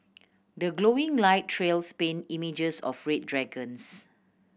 the glowing light trails paint images of red dragons